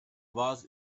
was